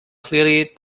clearly